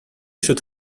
should